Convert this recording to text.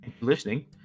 listening